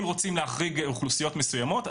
אם רוצים להחריג אוכלוסיות מסוימות,